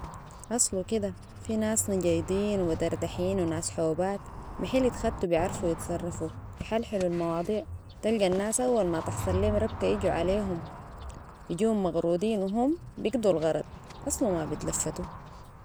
أصلو كده في ناس نجيضين ومدردحين وناس حوبات محيل يتخدوا بيعرفوا يتصرفوا في بحلحلو المواضيع تلقى الناس أول ما تحصل ليه ربكة يجوا عليهم يجيهم مغروضين وهم بيقضوا الغرض أصلو ما بيتلفتوا